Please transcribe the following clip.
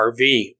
RV